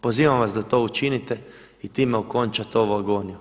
Pozivamo vas da to učinite i time okončate ovu agoniju.